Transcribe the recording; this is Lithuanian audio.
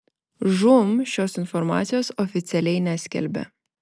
žūm šios informacijos oficialiai neskelbia